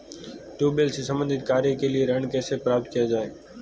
Tubewell से संबंधित कार्य के लिए ऋण कैसे प्राप्त किया जाए?